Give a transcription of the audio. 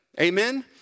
amen